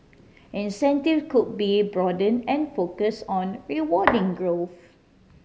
incentive could be broaden and focus on rewarding growth